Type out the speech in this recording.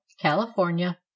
California